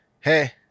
Hey